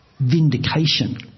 vindication